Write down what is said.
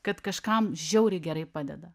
kad kažkam žiauriai gerai padeda